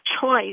choice